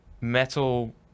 metal